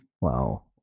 Wow